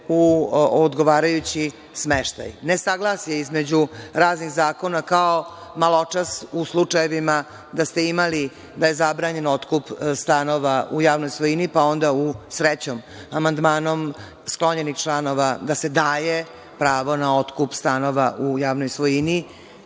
u odgovarajući smeštaj. Nesaglasje je između raznih zakona kao maločas u slučajevima da ste imali nezabranjen otkup stanova u javnoj svojini, pa onda u, srećom, amandmanom sklonjenih članova da se daje pravo na otkup stanova u javnoj svojini,